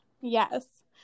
Yes